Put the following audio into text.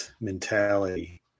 mentality